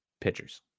Pitchers